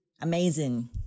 Amazing